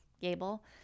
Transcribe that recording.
Gable